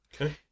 Okay